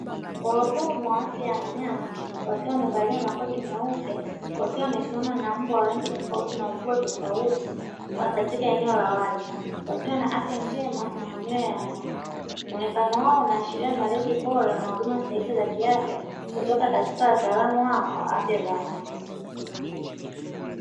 Wahudumu wa afya za wanyama wakiwa wamevalia makocha meupe wakiwa wamesimama na mbwa wengi tofauti na mvua tofauti kwa katika eneo la wazi wakiwa na afya njema na manyoya muonekanano wao wanaashiria malezi bora na huduma za kiafya kutoka katika wataalamu hao wa afya za wanyama.